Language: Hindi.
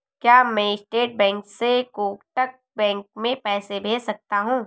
क्या मैं स्टेट बैंक से कोटक बैंक में पैसे भेज सकता हूँ?